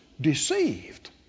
deceived